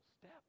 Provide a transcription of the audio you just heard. step